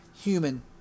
human